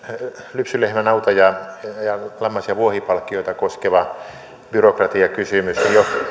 lypsylehmä nauta lammas ja vuohipalkkioita koskeva byrokratiakysymys